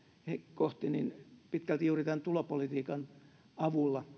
kohti pitkälti juuri tämän tulopolitiikan avulla